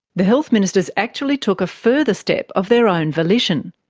the health ministers actually took a further step of their own volition.